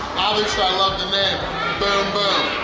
i love the name boom boom!